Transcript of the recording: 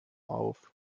auf